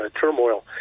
turmoil